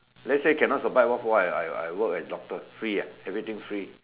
let's say cannot survive what for I work as doctor free ah everything free